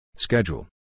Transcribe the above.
Schedule